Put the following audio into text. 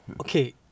okay